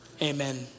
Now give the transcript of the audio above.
Amen